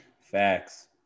Facts